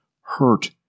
hurt